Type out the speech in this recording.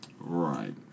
Right